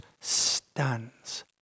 stands